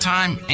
time